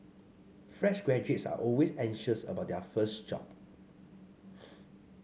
fresh graduates are always anxious about their first job